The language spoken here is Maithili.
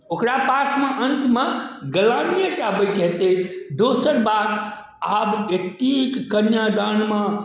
ओकरा पास मे अन्तमे ग्लानिए टा बइच जेतय दोसर बात आब एतेक कन्यादान मऽ